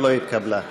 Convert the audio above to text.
לא התקבלה.